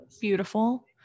beautiful